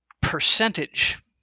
percentage